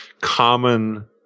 common